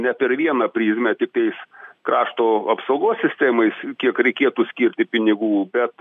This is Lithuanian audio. ne per vieną prizmę tiktais krašto apsaugos sistemai kiek reikėtų skirti pinigų bet